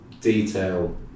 detail